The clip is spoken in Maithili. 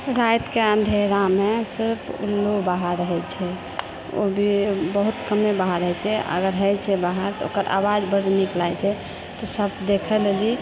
रातिके अँधेरामे सिर्फ उल्लू बाहर रहैत छै ओ भी बहुत कमे बाहर रहैत छै अगर रहैत छै बाहर तऽ ओकर आवाज बड्ड नीक लागैत छै तऽ सभ देखए लेलीह